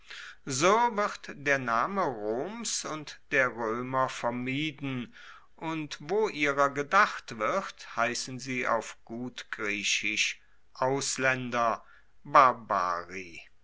so wird der name roms und der roemer vermieden und wo ihrer gedacht wird heissen sie auf gut griechisch auslaender